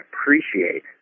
appreciate